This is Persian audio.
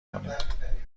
کنیم